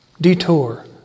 detour